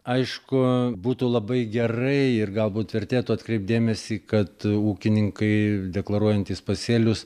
aišku būtų labai gerai ir galbūt vertėtų atkreipt dėmesį kad ūkininkai deklaruojantys pasėlius